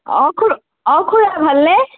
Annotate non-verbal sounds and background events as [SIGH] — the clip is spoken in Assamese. অঁ খু [UNINTELLIGIBLE] অঁ খুৰা ভাল নে